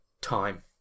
time